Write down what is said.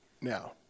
Now